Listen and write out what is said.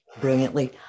brilliantly